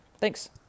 Thanks